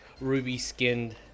ruby-skinned